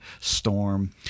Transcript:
storm